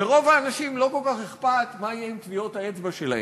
לרוב האנשים לא כל כך אכפת מה יהיה עם טביעות האצבע שלהם,